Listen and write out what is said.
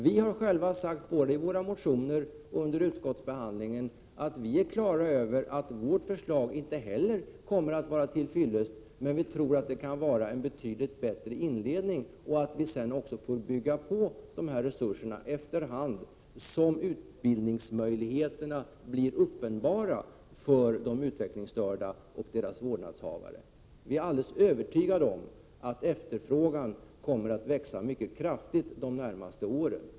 Vi har sagt både i våra motioner och under utskottsbehandlingen att vi är klara över att inte heller vårt förslag kommer att vara till fyllest, men vi tror att det kan innebära en betydligt bättre inledning. Sedan får vi bygga på dessa resurser efter hand som utbildningsmöjligheterna blir uppenbara för de utvecklingsstörda och deras vårdnadshavare. Vi är alldeles övertygade om att efterfrågan kommer att växa mycket kraftigt de närmaste åren.